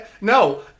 no